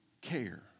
care